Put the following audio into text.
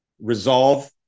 resolve